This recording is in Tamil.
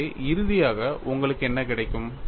எனவே இறுதியாக உங்களுக்கு என்ன கிடைக்கும்